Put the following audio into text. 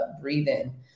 breathe-in